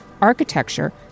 architecture